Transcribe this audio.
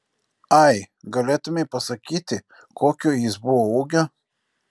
ai galėtumei pasakyti kokio jis buvo ūgio